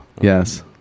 yes